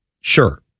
sure